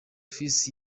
fils